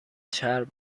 چرب